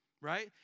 right